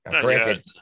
Granted